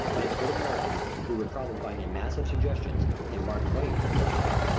but as good americans we would probably find a mass of suggestions in mark twain's joan of arc.